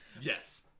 Yes